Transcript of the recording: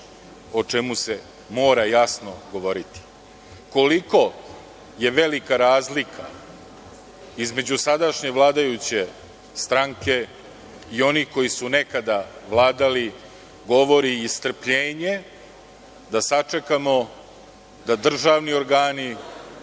o čemu se mora jasno govoriti. Koliko je velika razlika između sadašnje vladajuće stranke i onih koji su nekada vladali, govori i strpljenje da sačekamo da državni organi